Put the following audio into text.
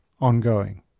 ongoing